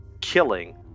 killing